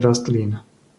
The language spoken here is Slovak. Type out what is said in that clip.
rastlín